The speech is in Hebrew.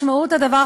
משמעות הדבר,